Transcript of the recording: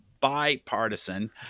bipartisan